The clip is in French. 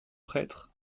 prêtre